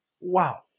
Wow